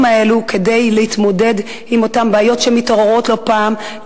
האלה כדי להתמודד עם אותן בעיות שמתעוררות לא פעם,